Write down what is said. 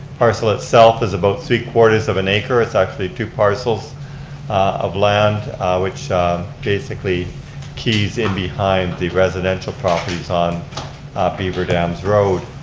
parcel itself is about three quarters of an acre, it's actually two parcels of land which basically keys in behind the residential properties on beaverdams road.